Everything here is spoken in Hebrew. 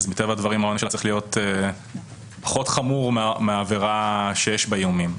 מטבע הדברים העונש היה צריך להיות פחות חמור מהעבירה שיש בה איומים.